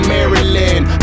Maryland